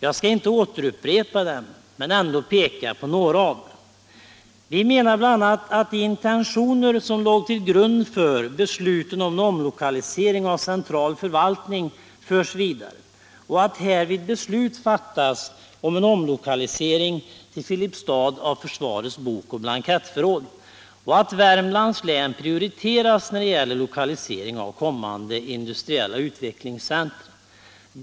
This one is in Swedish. Jag skall inte upprepa dem men ändå visa på några av dem. Vi vill bl.a. att de intentioner som låg till grund för besluten om en omlokalisering av central förvaltning förs vidare och att härvid beslut fattas om en omlokalisering till Filipstad av försvarets bokoch blankettförråd. Vidare föreslår vi att Värmlands län prioriteras när det gäller lokalisering av kommande industriella utvecklingscentra.